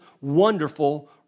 wonderful